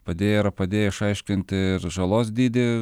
padėję yra padėję išaiškinti ir žalos dydį